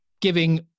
giving